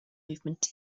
movement